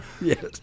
Yes